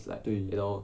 对